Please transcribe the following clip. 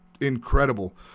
incredible